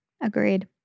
Agreed